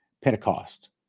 Pentecost